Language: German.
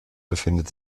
befindet